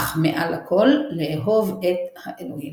אך מעל לכל, לאהוב את האלוהים.